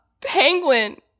Penguin